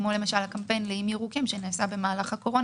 כמו הקמפיין לאיים ירוקים שנעשה במהלך הקורונה